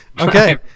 okay